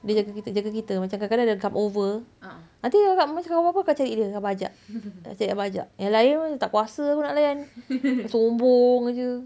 dia jaga kita jaga kita macam kadang-kadang dia ada come over nanti kakak macam kalau apa-apa kakak cari dia abang ajak cari abang ajak yang lain semua tak kuasa aku nak layan sombong jer